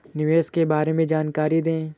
निवेश के बारे में जानकारी दें?